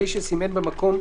בלי שסימן במקום